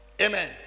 amen